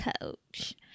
coach